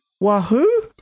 Wahoo